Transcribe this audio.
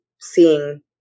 seeing